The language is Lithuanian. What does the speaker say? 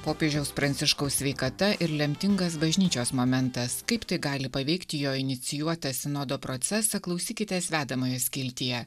popiežiaus pranciškaus sveikata ir lemtingas bažnyčios momentas kaip tai gali paveikti jo inicijuotą sinodo procesą klausykitės vedamoje skiltyje